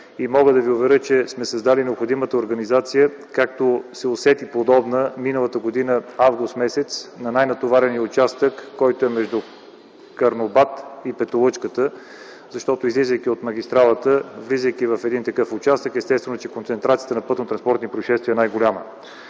Мога да Ви уверя, че сме създали необходимата организация, както се усети подобна организация миналата година през м. август на най-натоварения участък между Карнобат и Петолъчката, защото излизайки от магистралата и влизайки в такъв участък, естествено е, че концентрацията на пътнотранспортни произшествия е най-голяма.